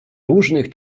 różnych